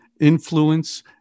influence